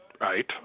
Right